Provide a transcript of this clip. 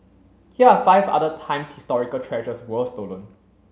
here are five other times historical treasures were stolen